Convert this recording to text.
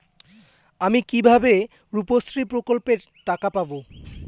আমি কিভাবে রুপশ্রী প্রকল্পের টাকা পাবো?